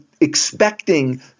expecting